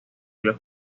los